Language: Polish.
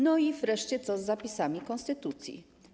No i wreszcie co z zapisami konstytucji?